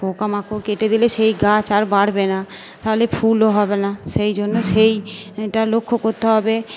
পোকা মাকড় কেটে দিলে সেই গাছ আর বাড়বে না তাহলে ফুলও হবে না সেই জন্য সেই এটা লক্ষ করতে হবে